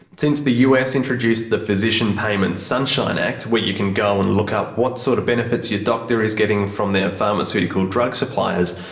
since the us introduced the physician payments sunshine act, where you can go and look up what sort of benefits your doctor is getting from their pharmaceutical drug suppliers,